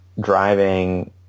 driving